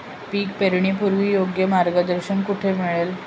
पीक पेरणीपूर्व योग्य मार्गदर्शन कुठे मिळेल?